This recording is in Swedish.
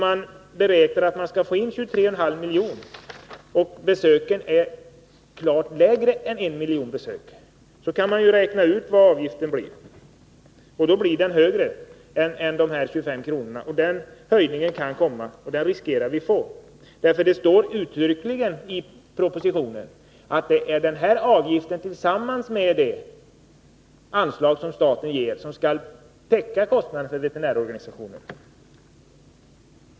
Man beräknar att få in 23,5 milj.kr. mer genom en miljon besök. Men eftersom antalet besök är klart lägre kan man räkna ut vad avgiften blir — den blir högre än 25 kr. Vi riskerar alltså att få en höjning. Det står uttryckligen i propositionen att det är denna avgift tillsammans med det anslag som staten ger som skall täcka kostnaderna för veterinärorganisationen.